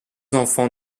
enfants